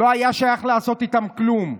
לא היה שייך לעשות איתם כלום.